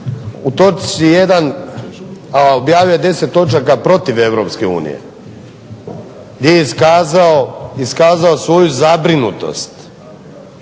U točci 1., a objavio je 10 točaka protiv EU gdje je iskazao svoju zabrinutost